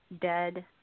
dead